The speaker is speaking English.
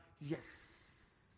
yes